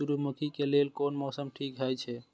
सूर्यमुखी के लेल कोन मौसम ठीक हे छे?